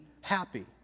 happy